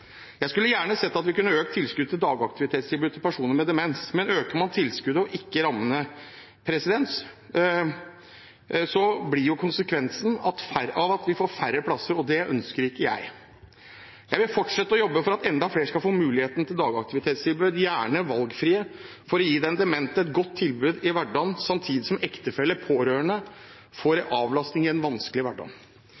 Jeg skulle gjerne sett at vi kunne økt tilskuddet til dagaktivitetstilbudet til personer med demens, men øker man tilskuddet og ikke rammene, blir konsekvensen at vi får færre plasser, og det ønsker ikke jeg. Jeg vil fortsette å jobbe for at enda flere skal få mulighet til dagaktivitetstilbud, gjerne valgfrie, for å gi demente et godt tilbud i hverdagen samtidig som ektefeller og pårørende får